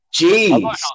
Jeez